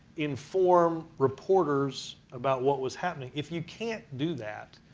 inform reporters about what was happening. if you can't do that,